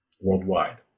worldwide